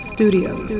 Studios